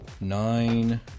nine